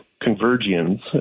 convergence